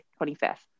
25th